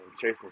chasing